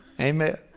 Amen